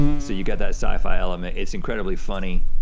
so you got that sci-fi element, it's incredibly funny.